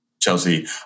Chelsea